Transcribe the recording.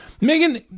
Megan